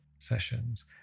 sessions